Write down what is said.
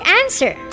answer